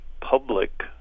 public